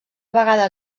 vegada